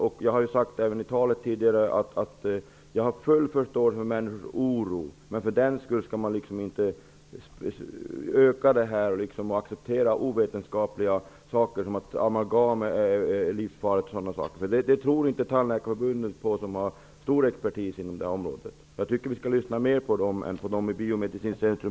Även i mitt anförande sade jag att jag har full förståelse för människors oro, men för den skull skall man inte spä på oron genom att acceptera ovetenskapliga påståenden, såsom att amalgam är livsfarligt. Det tror inte Sveriges Tandläkarförbund, som har stor expertis inom det här området. Vi bör lyssna mer på denna expertis än på dem som arbetar på Uppsala biomedicinska centrum.